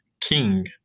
King